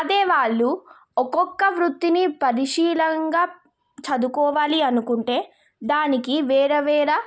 అదే వాళ్ళు ఒక్కొక్క వృత్తిని పరిశీలంగా చదువుకోవాలి అనుకుంటే దానికి వేరే వేరే